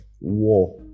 war